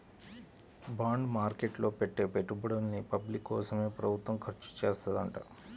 bond market లో పెట్టే పెట్టుబడుల్ని పబ్లిక్ కోసమే ప్రభుత్వం ఖర్చుచేత్తదంట